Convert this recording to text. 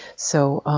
so